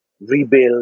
rebuild